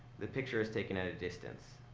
the picture is taken at a distance.